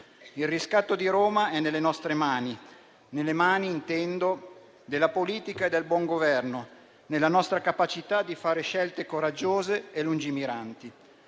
Il riscatto di Roma è nelle nostre mani, nelle mani - intendo - della politica e del buon governo, nella nostra capacità di fare scelte coraggiose e lungimiranti.